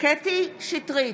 קטי קטרין שטרית,